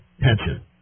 pension